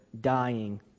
dying